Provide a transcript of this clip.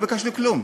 לא ביקשנו כלום,